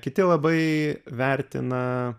kiti labai vertina